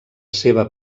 seva